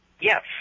Yes